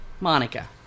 Monica